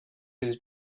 his